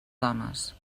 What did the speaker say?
dones